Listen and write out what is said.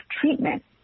treatment